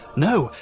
no,